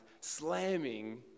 slamming